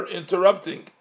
interrupting